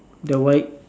the white